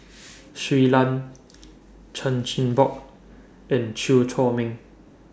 Shui Lan Chan Chin Bock and Chew Chor Meng